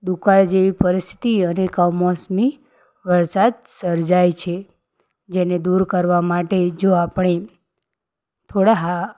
દુકાળ જેવી પરિસ્થિતિ અને કમોસમી વરસાદ સર્જાય છે જેને દૂર કરવા માટે જો આપણે થોડા હા